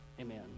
Amen